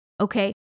okay